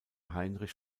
heinrich